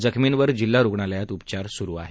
जखमींवर जिल्हा रुग्णालयात उपचार सुरू आहेत